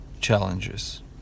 challenges